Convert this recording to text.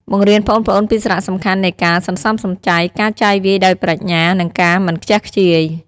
បង្រៀនប្អូនៗពីសារៈសំខាន់នៃការ សន្សំសំចៃ ការ ចាយវាយដោយប្រាជ្ញា និងការ មិនខ្ជះខ្ជាយ ។